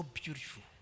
beautiful